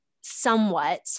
somewhat